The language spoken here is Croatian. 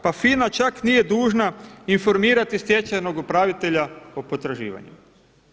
Pa FINA čak nije dužna informirati stečajnog upravitelja o potraživanjima.